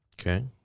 Okay